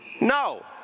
no